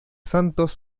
santos